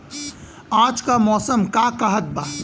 आज क मौसम का कहत बा?